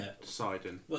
deciding